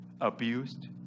abused